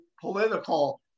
political